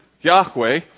Yahweh